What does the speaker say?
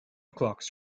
clocks